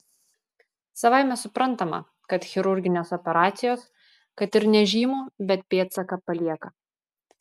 savaime suprantama kad chirurginės operacijos kad ir nežymų bet pėdsaką palieka